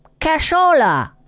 cashola